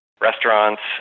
restaurants